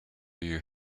you